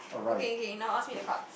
okay okay now ask me the cards